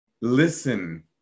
listen